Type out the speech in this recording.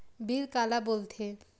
Bill काला बोल थे?